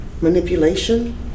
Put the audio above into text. manipulation